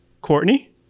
Courtney